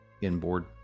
inboard